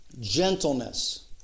Gentleness